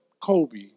Kobe